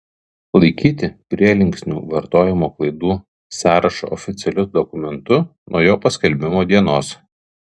laikyti prielinksnių vartojimo klaidų sąrašą oficialiu dokumentu nuo jo paskelbimo dienos